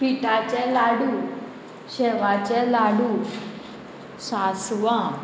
पिठाचें लाडू शेवाचें लाडू सासवां